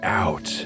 out